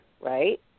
right